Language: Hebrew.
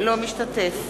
אינו משתתף